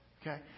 Okay